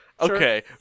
Okay